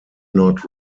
not